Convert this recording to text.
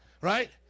Right